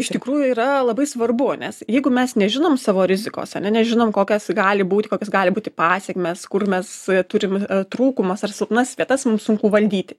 iš tikrųjų yra labai svarbu nes jeigu mes nežinom savo rizikos ane nežinom kokios gali būt kokios gali būti pasekmės kur mes turim trūkumas ar silpnas vietas mums sunku valdyti